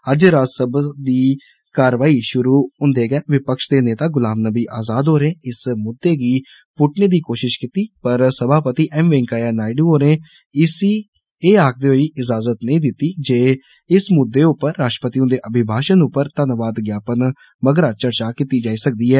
अज्ज राज्यसभा दी कारवाई षुरु हुन्दे गै विपक्ष दे नेता गुलाम नवी आजाद होरें इस मुद्दें गी पुट्टने दी कोषष कीती पर सभापति एम वैंकेय्या नायडू होरें एह आक्खदे होई इजाजत नेई दिती जे इस मुद्दे उप्पर राश्ट्रपति हुन्दे अभिभाशण उप्पर धन्नवाद ज्ञापन मगरा चर्चा कीती जाई सकदी ऐ